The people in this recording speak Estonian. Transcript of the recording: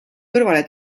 kõrvale